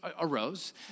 arose